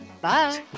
Bye